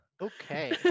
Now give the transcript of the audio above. okay